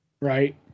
Right